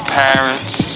parents